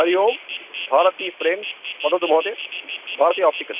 हरिः ओं भारती फ़्रें वदतु महोदय भारती आप्टिक्स्